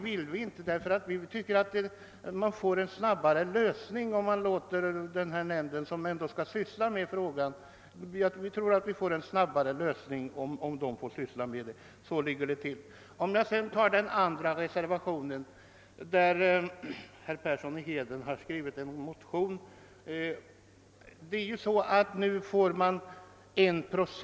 Anledningen till att vi inte vill det är alltså att problemet kan lösas snabbare om nämnden får ta hand om det. Beträffande de behovsprövade skördeskadebidragen har herr Persson i Heden väckt en motion som föranlett reservationen 2.